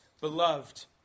beloved